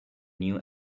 new